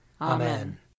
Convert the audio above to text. Amen